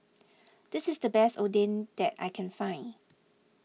this is the best Oden that I can find